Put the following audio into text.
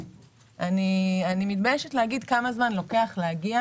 אני מתביישת להגיד כמה זמן לוקח להגיע